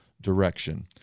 direction